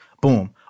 Boom